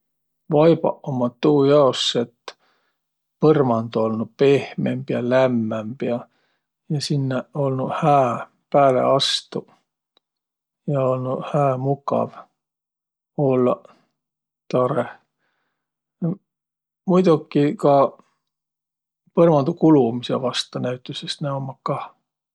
Vaibaq ummaq tuu jaos, et põrmand olnuq pehmemb ja lämmämb ja, ja sinnäq olnuq hää pääle astuq ja olnuq hää mukav ollaq tarõh. No muidoki ka põrmandu kulumisõ vasta nä ummaq kah.